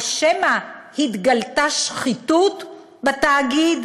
או שמא התגלתה שחיתות בתאגיד?